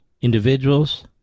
individuals